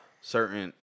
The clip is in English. certain